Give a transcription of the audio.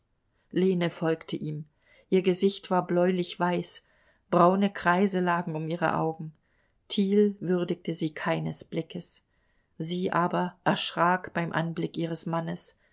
folgte ihm ihr gesicht war bläulich weiß braune kreise lagen um ihre augen thiel würdigte sie keines blickes sie aber erschrak beim anblick ihres mannes